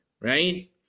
right